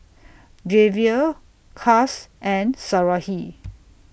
Javier Cas and Sarahi